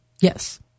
Yes